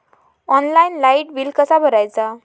Online light bill कसा भरायचा?